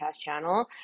channel